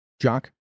jock